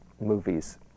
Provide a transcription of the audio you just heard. movies